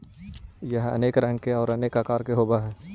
यह अनेक रंगों का और अनेक आकार का होव हई